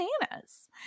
bananas